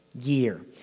year